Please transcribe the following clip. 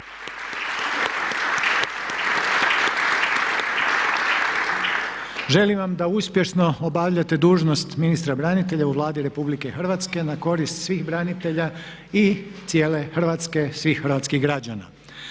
Želim vam da uspješno obavljate dužnost ministra branitelja u Vladi Republike Hrvatske na korist svih branitelja i cijele Hrvatske, svih hrvatskih građana.